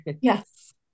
Yes